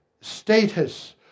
status